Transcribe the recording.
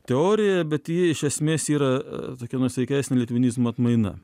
teorija bet ji iš esmės yra tokia nuosaikesnė litvinizmo atmaina